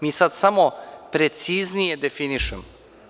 Mi sada samo preciznije definišemo.